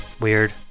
Weird